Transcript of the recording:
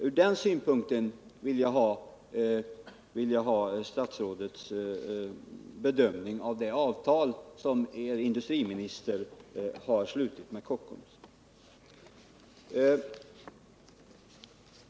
Ur den synvinkeln vill jag ha statsrådets bedömning av det avtal som industriministern har slutit med Kockums.